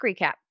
recap